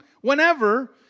Whenever